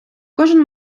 кожен